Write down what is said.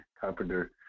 carpenter